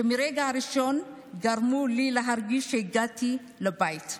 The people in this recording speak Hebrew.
על שמהרגע הראשון גרמו לי להרגיש שהגעתי הביתה,